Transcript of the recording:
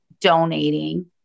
donating